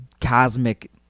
cosmic